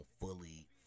fully